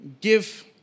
give